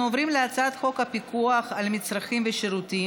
32 חברי כנסת בעד, 39 מתנגדים, אין נמנעים.